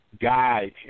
guide